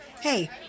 hey